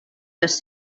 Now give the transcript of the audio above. les